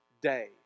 day